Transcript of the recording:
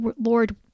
Lord